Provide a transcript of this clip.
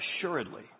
Assuredly